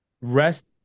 rest